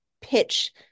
pitch